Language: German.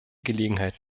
gelegenheit